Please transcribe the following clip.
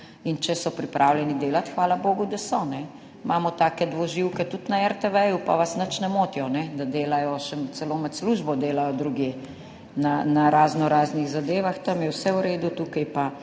In če so pripravljeni delati, hvala bogu, da so. Imamo take dvoživke tudi na RTV, pa vas nič ne motijo, da delajo, še celo med službo delajo drugje, na raznoraznih zadevah. Tam je vse v redu, tukaj pa